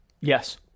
Yes